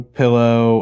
pillow